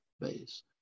base